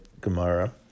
Gemara